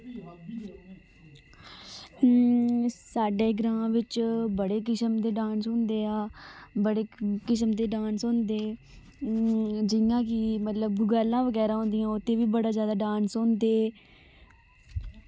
साढे ग्रांऽ विच बड़े किस्म दे डांस होंदे आ बड़े किस्म दे डांस होंदे जियां कि मतलब गगैलां बगैरां होंदियां ओह्दे वी बड़े जैदा डांस होंदे